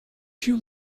you